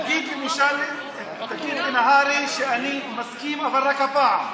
תגיד לנהרי שאני מסכים, אבל רק הפעם.